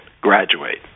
graduate